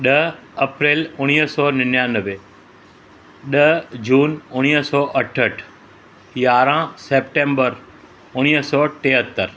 ॾह अप्रेल उणिवीह सौ निनयानवे ॾह जून उणिवीह सौ अठ अठ यारहं सैप्टेंबर उणिवीह सौ तेहतरि